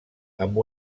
amb